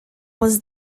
was